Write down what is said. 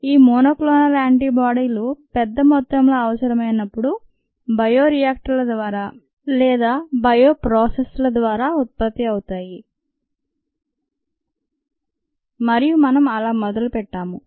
ఈ మోనోక్లోనల్ యాంటీబాడీలు పెద్ద మొత్తంలో అవసరమైనప్పుడు బయోరియాక్టర్ ల ద్వారా లేదా బయోప్రాసెస్ ల ద్వారా ఉత్పత్తి అవుతాయి మరియు మనం అలా మొదలుపెట్టాము